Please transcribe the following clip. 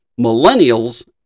millennials